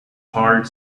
heart